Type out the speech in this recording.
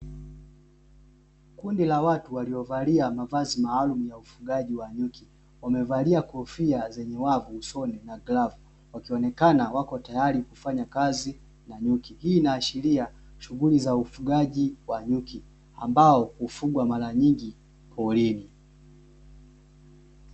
Kundi la watu waliyovalia mavazi maalumu ya ufugaji wa nyuki, wamevalia kofia zenye wavu usoni na glavu wakionekana wako tayari kufanya kazi na nyuki. Hii inaashiria shughuli za ufugaji wa nyuki ambao hufugwa mara nyingi porini.